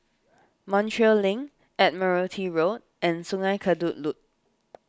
Montreal Link Admiralty Road and Sungei Kadut Loop